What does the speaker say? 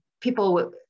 people